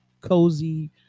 cozy